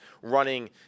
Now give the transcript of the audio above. running